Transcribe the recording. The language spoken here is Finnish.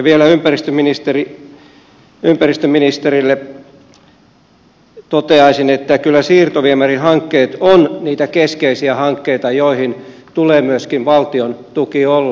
vielä ympäristöministerille toteaisin että kyllä siirtoviemärihankkeet ovat niitä keskeisiä hankkeita joihin tulee myöskin valtiontuki olla